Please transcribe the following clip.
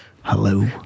Hello